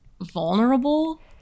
vulnerable